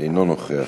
אינו נוכח.